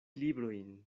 librojn